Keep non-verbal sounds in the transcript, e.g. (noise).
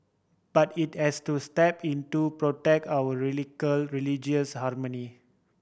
but it has to step in to protect our (unintelligible) religious harmony